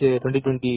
2020